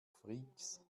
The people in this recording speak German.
freaks